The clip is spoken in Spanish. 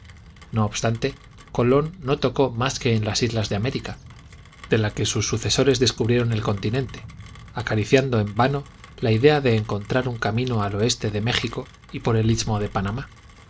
no obstante colón no tocó mas que en las islas de américa de la que sus sucesores descubrieron el continente acariciando en vano la idea de encontrar un camino al oeste de méjico y por el istmo de panamá